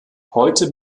heute